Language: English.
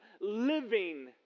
living